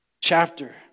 Chapter